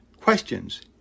questions